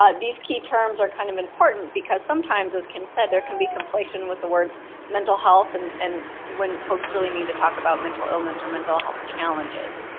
ah these key terms are kind of important, because sometimes, as kim said, there can be complation with the words mental health and and when folks really mean to talk about mental illness or mental health challenges.